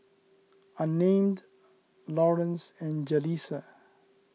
Unnamed Lawrence and Jaleesa